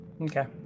Okay